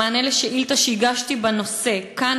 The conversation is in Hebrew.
במענה לשאילתה שהגשתי בנושא כאן,